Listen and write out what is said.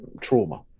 trauma